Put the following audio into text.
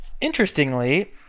Interestingly